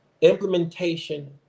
implementation